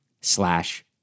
slash